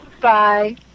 Bye